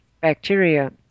bacteria